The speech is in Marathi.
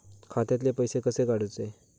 खात्यातले पैसे कसे काडूचे?